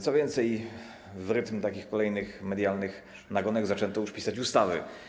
Co więcej, w rytm kolejnych medialnych nagonek zaczęto już pisać ustawy.